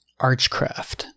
Archcraft